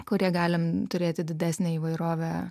kurie galime turėti didesnę įvairovę